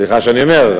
סליחה שאני אומר,